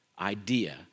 idea